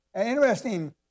interesting